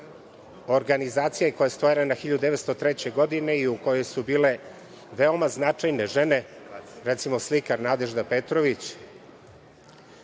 organizacija, koja je stvorena 1903. godine i u kojoj su bile veoma značajne žene, recimo slikar Nadežda Petrović,